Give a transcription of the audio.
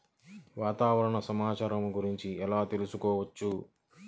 వాతావరణ సమాచారము గురించి ఎలా తెలుకుసుకోవచ్చు?